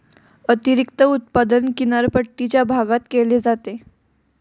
अतिरिक्त उत्पादन किनारपट्टीच्या भागात केले जाते